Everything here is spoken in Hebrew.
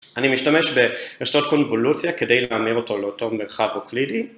אני משתמש ברשתות קונבולוציה כדי להמיר אותו לאותו מרחב אוקלידי